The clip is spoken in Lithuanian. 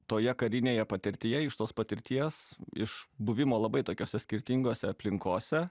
toje karinėje patirtyje iš tos patirties iš buvimo labai tokiose skirtingose aplinkose